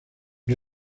por